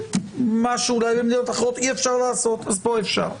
מה שבמדינות אחרות אולי אי-אפשר לעשות, פה אפשר.